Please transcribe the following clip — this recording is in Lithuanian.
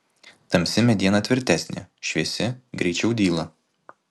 tamsi mediena tvirtesnė šviesi greičiau dyla